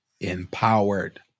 Empowered